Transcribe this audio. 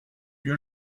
your